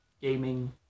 gaming